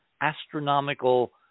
astronomical